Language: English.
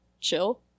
chill